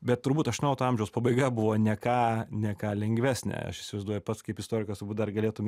bet turbūt aštuoniolikto amžiaus pabaiga buvo ne ką ne ką lengvesnė aš įsivaizduoju pats kaip istorikas turbūt dar galėtum